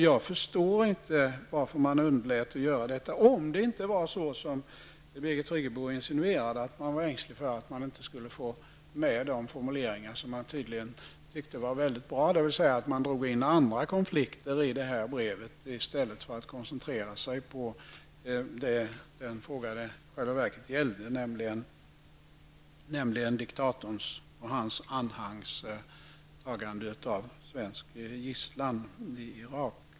Jag förstår inte varför man undlät att redovisa ärendet i nämnden om det inte var så som Birgitt Friggebo insinuerade, nämligen att regeringen var ängslig för att man då inte skulle få med de formuleringar man tydligen tyckte var bra, dvs. att man i brevet drog in andra konflikter i stället för att koncentrera sig på den fråga det i själva verket gällde, nämligen diktatorns och hans anhangs tagande av svensk gisslan i Irak.